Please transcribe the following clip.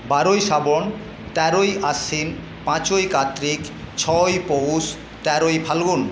বারোই শ্রাবণ তেরোই আশ্বিন পাঁচই কার্তিক ছয়ই পৌষ তেরোই ফাল্গুন